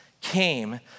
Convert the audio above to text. came